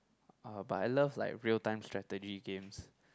uh but I love like real time strategy games